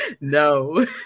no